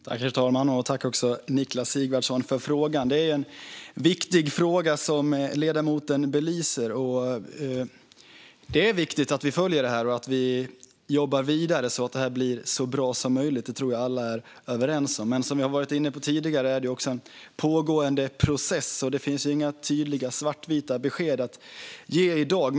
Herr talman! Tack, Niklas Sigvardsson, för frågan! Det är en viktig fråga som ledamoten belyser. Det är viktigt att vi följer detta och jobbar vidare så att det blir så bra som möjligt; det tror jag att alla är överens om. Men som jag har varit inne på tidigare är detta en pågående process, och det finns inga tydliga svartvita besked att ge i dag.